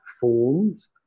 forms